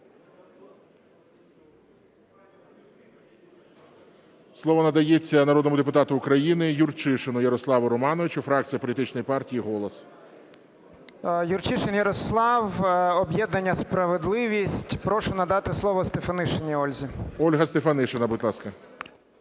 Слово надається народному депутату України Юрчишину Ярославу Романовичу, фракція політичної партії "Голос". 14:31:23 ЮРЧИШИН Я.Р. Юрчишин Ярослав, об'єднання "Справедливість". Прошу надати слово Стефанишиній Ользі. ГОЛОВУЮЧИЙ. Ольга Стефанишина, будь ласка.